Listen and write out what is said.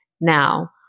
now